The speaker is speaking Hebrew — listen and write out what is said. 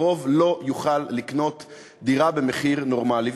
יוכל לקנות בקרוב דירה במחיר נורמלי.